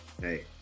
Hey